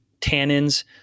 tannins